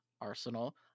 arsenal